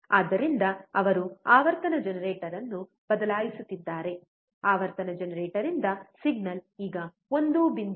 ಆದ್ದರಿಂದ ಅವರು ಆವರ್ತನ ಜನರೇಟರ್ ಅನ್ನು ಬದಲಾಯಿಸುತ್ತಿದ್ದಾರೆ ಆವರ್ತನ ಜನರೇಟರ್ ಇಂದ ಸಿಗ್ನಲ್ ಈಗ 1